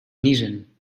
niezen